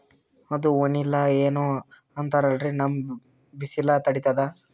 ಅದು ವನಿಲಾ ಏನೋ ಅಂತಾರಲ್ರೀ, ನಮ್ ಬಿಸಿಲ ತಡೀತದಾ?